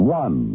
one